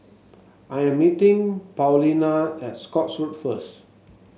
I am meeting Paulina at Scotts Road first